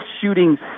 shooting